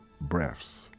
breaths